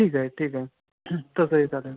ठीक आहे ठीक आहे तसंही चालेल